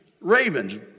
ravens